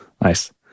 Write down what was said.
Nice